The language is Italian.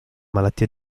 malattia